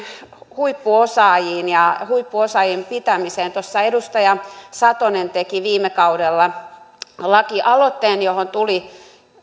huippuosaajiin ja huippuosaajien pitämiseen edustaja satonen teki viime kaudella lakialoitteen johon tuli